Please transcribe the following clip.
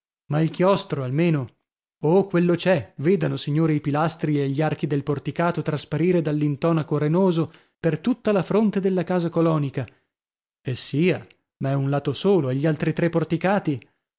ma il chiostro almeno oh quello c'è vedano signori i pilastri e gli archi del porticato trasparire dall'intonaco renoso per tutta la fronte della casa colonica e sia ma è un lato solo e gli altri tre porticati